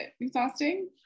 exhausting